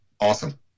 awesome